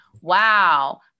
Wow